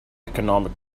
economic